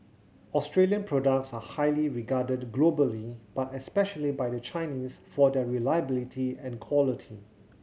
Australian products are highly regarded globally but especially by the Chinese for their reliability and quality